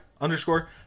underscore